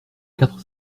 quatre